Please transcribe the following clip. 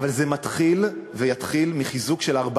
אבל זה מתחיל ויתחיל מחיזוק של ארבע